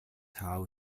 how